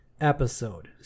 episode